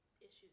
issues